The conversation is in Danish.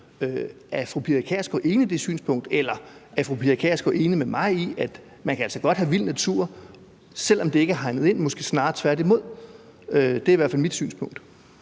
Er fru Pia Kjærsgaard enig i det synspunkt, eller er fru Pia Kjærsgaard enig med mig i, at man altså godt kan have vild natur, selv om det ikke er hegnet ind, måske snarere tværtimod? Det er i hvert fald mit synspunkt.